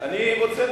אני רוצה,